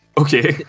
okay